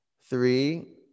Three